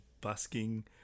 busking